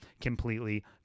completely